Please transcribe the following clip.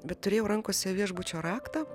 bet turėjau rankose viešbučio raktą